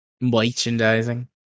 Merchandising